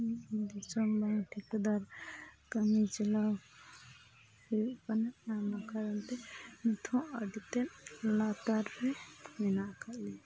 ᱫᱤᱥᱚᱢ ᱵᱟᱝ ᱴᱷᱤᱠᱟᱹᱫᱟᱨ ᱠᱟᱹᱢᱤ ᱪᱟᱞᱟᱣ ᱦᱩᱭᱩᱜ ᱠᱟᱱᱟ ᱟᱨ ᱚᱢᱟ ᱠᱟᱨᱚᱱᱛᱮ ᱱᱤᱛᱦᱚᱸ ᱟᱹᱰᱤᱛᱮᱫ ᱞᱟᱛᱟᱨ ᱨᱮ ᱢᱮᱱᱟᱜ ᱟᱠᱟᱫ ᱞᱮᱭᱟ